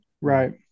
Right